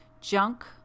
junk